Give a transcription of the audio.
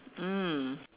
mm